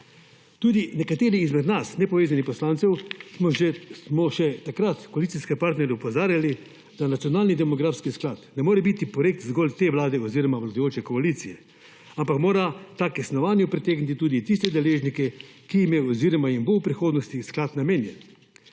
Tudi nekateri izmed nas, nepovezanih poslancev, smo že takrat koalicijske partnerje opozarjali, da nacionalni demografski sklad ne more biti projekt zgolj te Vlade oziroma vladajoče koalicije, ampak mora ta k snovanju pritegniti tudi tiste deležnike, ki jim je oziroma jim bo v prihodnosti sklad namenjen.